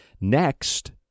Next